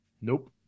Nope